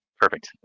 Perfect